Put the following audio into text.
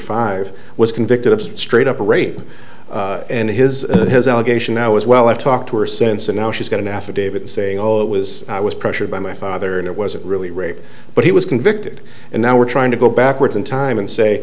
five was convicted of straight up a rape and his allegation now is well i've talked to her since and now she's going to affidavit saying oh it was i was pressured by my father and it wasn't really rape but he was convicted and now we're trying to go backwards in time and say